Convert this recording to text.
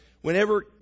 whenever